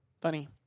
funny